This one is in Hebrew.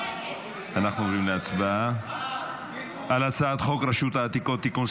אנחנו עוברים להצבעה על הצעת חוק רשות העתיקות (תיקון,